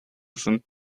sind